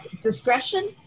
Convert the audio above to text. discretion